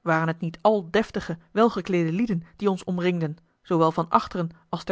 waren het niet al deftige welgekleede lieden die ons omringden zoowel van achteren als